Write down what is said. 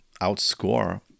outscore